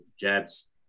Jets